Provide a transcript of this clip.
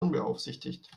unbeaufsichtigt